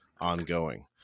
ongoing